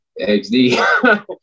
XD